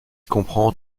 comprend